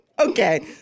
Okay